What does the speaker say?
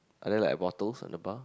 are there like bottles on the bar